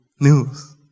news